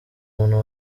muntu